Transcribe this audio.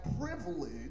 privilege